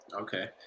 Okay